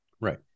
right